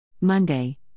Monday